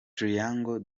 triangle